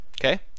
Okay